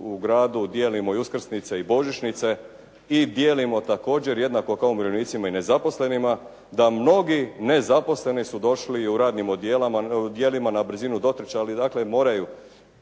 u gradu dijelimo i uskrsnice i božićnice i dijelimo također jednako kao i umirovljenicima i nezaposlenima da mnogi nezaposleni su došli u radnim odjelima na brzinu dotrčali, dakle moraju,